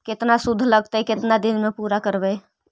केतना शुद्ध लगतै केतना दिन में पुरा करबैय?